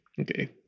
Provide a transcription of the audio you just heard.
Okay